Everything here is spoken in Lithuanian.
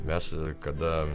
mes kada